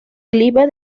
clima